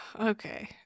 Okay